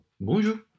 Bonjour